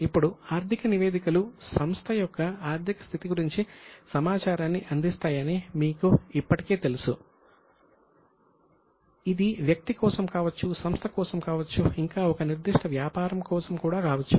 ఇప్పుడు ఆర్థిక నివేదికలు సంస్థ యొక్క ఆర్థిక స్థితి గురించి సమాచారాన్ని అందిస్తాయని మీకు ఇప్పటికే తెలుసు ఇది వ్యక్తి కోసం కావచ్చు సంస్థ కోసం కావచ్చు ఇంకా ఒక నిర్దిష్ట వ్యాపారం కోసం కూడా కావచ్చు